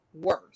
worse